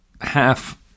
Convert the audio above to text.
half-